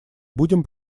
будем